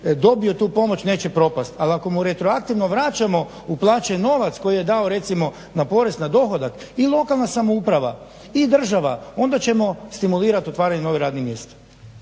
dobio tu pomoć neće propast, ali ako mu retroaktivno vraćamo uplaćen novac koji je dao recimo na porez na dohodak i lokalna samouprava i država onda ćemo stimulirat otvaranje novih radnih mjesta.